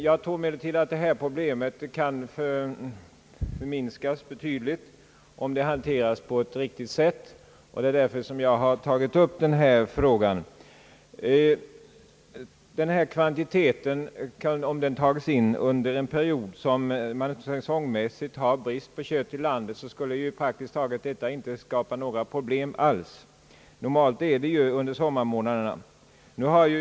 Jag tror emellertid att detta problem kan förminskas betydligt om det hanteras på ett riktigt sätt. Det är av den anledningen jag har tagit upp denna fråga. Om denna kvantitet skulle tagas in under en period när det säsongmässigt är brist på kött i landet, skulle det inte uppstå några större problem. Normalt är detta förhållandet under sommarmånaderna.